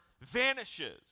vanishes